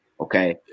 okay